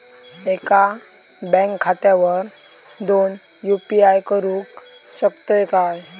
एका बँक खात्यावर दोन यू.पी.आय करुक शकतय काय?